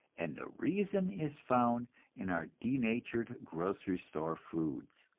and the reason is found in our denatured grocery-store foods.